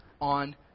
on